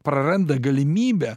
praranda galimybę